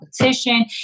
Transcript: competition